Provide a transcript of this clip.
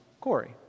Corey